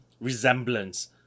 resemblance